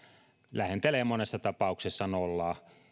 lähentelee monessa tapauksessa nollaa